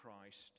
Christ